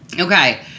Okay